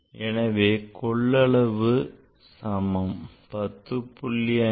எனவே கொள்ளளவு சமம் 10